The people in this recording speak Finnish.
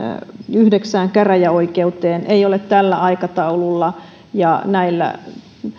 yhdeksään käräjäoikeuteen ei ole tällä aikataululla ja näillä